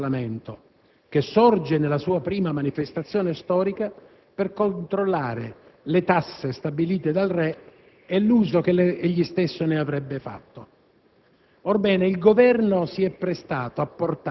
in coerenza con l'essenza stessa del Parlamento, che sorge, nella sua prima manifestazione storica, per controllare le tasse stabilite dal re e l'uso che egli stesso ne avrebbe fatto.